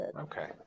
Okay